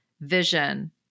vision